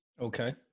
Okay